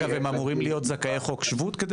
אגב הם אמורים להיות זכאי חוק שבות כדי